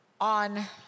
On